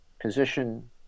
position